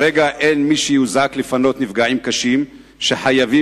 כרגע אין מי שיוזעק לפנות נפגעים קשים שחייבים